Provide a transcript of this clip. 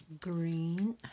green